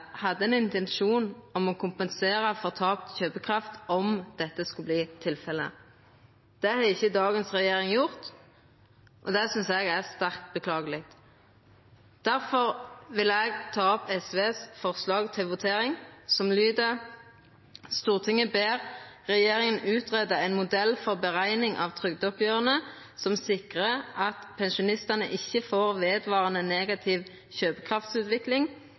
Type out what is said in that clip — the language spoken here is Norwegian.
hadde ein intensjon om å kompensera for tapt kjøpekraft om dette skulle bli tilfellet. Det har ikkje dagens regjering gjort, og det synest eg er sterkt beklageleg. Difor vil eg ta opp SVs forslag, som lyder: «Stortinget ber regjeringen utrede en modell for beregning av trygdeoppgjørene som sikrer at pensjonistene ikke får vedvarende negativ kjøpekraftsutvikling